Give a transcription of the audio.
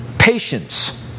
Patience